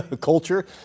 culture